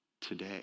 today